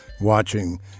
watching